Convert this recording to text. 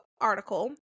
article